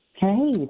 Hey